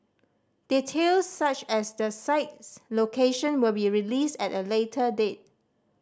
details such as the site's location will be released at a later date